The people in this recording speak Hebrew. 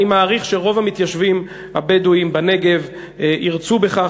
אני מעריך שרוב המתיישבים הבדואים בנגב ירצו בכך,